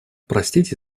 простите